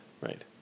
right